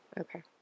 Okay